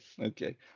okay